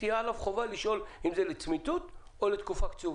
תהיה עליו חובה לשאול אם זה לצמיתות או לתקופה קצובה.